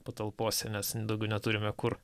patalpose nes daugiau neturime kur